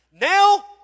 Now